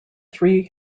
three